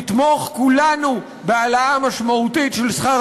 נתמוך כולנו בהעלאה משמעותית של שכר